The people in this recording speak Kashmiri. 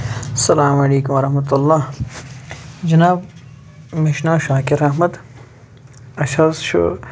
السلام علیکم ورحمۃ جِناب مےٚ چھُ ناو شاکِر احمد اَسہِ حظ چھُ